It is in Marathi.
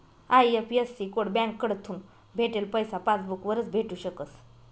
आय.एफ.एस.सी कोड बँककडथून भेटेल पैसा पासबूक वरच भेटू शकस